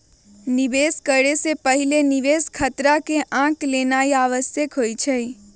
निवेश करे से पहिले निवेश खतरा के आँक लेनाइ आवश्यक होइ छइ